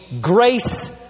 grace